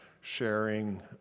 sharing